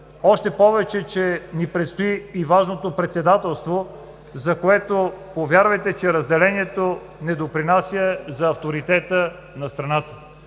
още повече, че ни предстои и важното Председателство, и повярвайте, че разделението не допринася за авторитета на страната